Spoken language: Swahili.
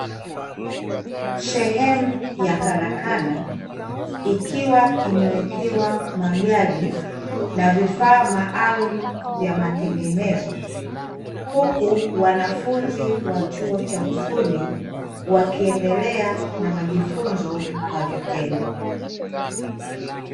Sehemu ya karakana, ikiwa imewekewa magari na vifaa maalumu vya matengenezo, huku wanafunzi wa chuo cha ufundi wakiendelea na majifunzo kwa vitendo.